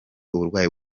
uburwayi